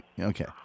Okay